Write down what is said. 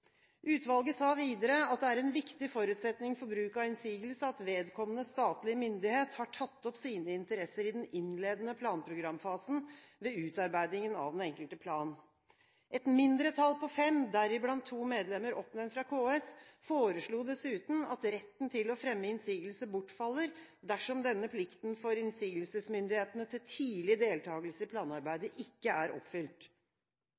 Utvalget sa videre at det er en viktig forutsetning for bruk av innsigelse at vedkommende statlige myndighet har tatt opp sine interesser i den innledende planprogramfasen ved utarbeidingen av den enkelte plan. Et mindretall på fem, deriblant to medlemmer oppnevnt fra KS, foreslo dessuten at retten til å fremme innsigelse bortfaller, dersom denne plikten for innsigelsesmyndighetene til tidlig deltakelse i